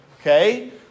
Okay